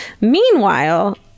meanwhile